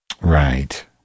Right